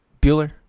bueller